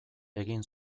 egin